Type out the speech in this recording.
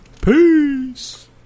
Peace